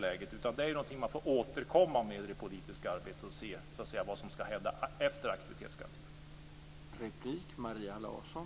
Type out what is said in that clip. Detta är någonting man får återkomma till i det politiska arbetet. Då får vi se vad som ska hända efter aktivitetsgarantin.